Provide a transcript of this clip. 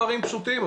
דברים פשוטים,